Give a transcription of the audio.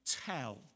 tell